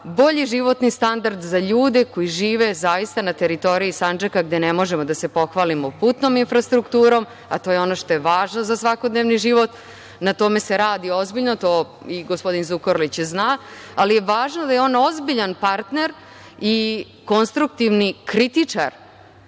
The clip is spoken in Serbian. bolji životni standard za ljude koji žive zaista na teritoriji Sandžaka gde ne možemo da se pohvalimo putnom infrastrukturom, a to je ono što je važno za svakodnevni život. Na tome se radi ozbiljno, to i gospodin Zukorlić zna, ali je važno da je on ozbiljan partner i konstruktivni kritičar